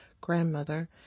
grandmother